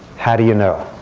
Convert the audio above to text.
how do you know?